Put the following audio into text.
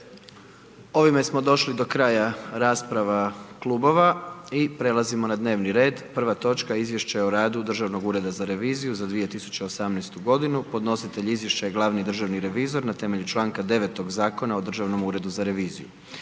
**Jandroković, Gordan (HDZ)** I prelazimo na dnevni red. Prva točka: - Izvješće o radu Državnog ureda za reviziju za 2018. Podnositelj: glavni državni revizor na temelju članka 9. Zakona o Državnom uredu za reviziju.